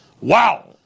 wow